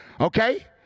Okay